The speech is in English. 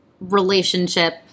relationship